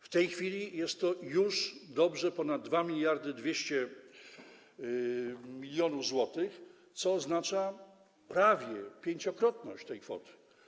W tej chwili jest to już dobrze ponad 2200 mln zł, co oznacza prawie pięciokrotność tej kwoty.